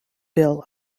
bill